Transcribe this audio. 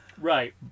right